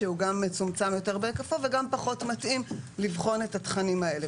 שהוא גם מצומצם יותר בהיקפו וגם פחות מתאים לבחון את התכנים האלה.